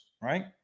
right